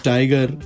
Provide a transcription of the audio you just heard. Tiger